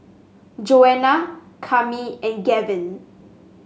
Joanna Cami and Gavin